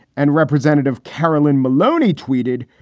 and representative carolyn maloney tweeted,